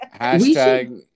Hashtag